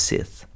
Sith